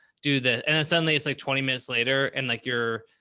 do the, and then suddenly it's like twenty minutes later and like you're.